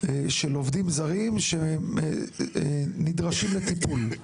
של עובדים זרים שנדרשים לטיפול.